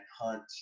hunt